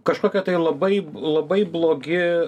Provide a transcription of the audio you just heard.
kažkokie tai labai labai blogi